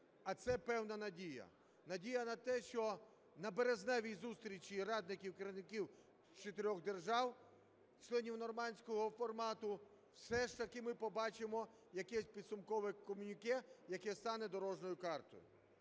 А це певна надія. Надія на те, що на березневій зустрічі радників керівників чотирьох держав-членів Нормандського формату все ж таки ми побачимо якесь підсумкове комюніке, яке стане дорожньою картою.